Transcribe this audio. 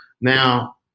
Now